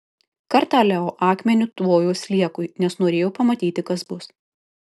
kartą leo akmeniu tvojo sliekui nes norėjo pamatyti kas bus